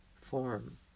form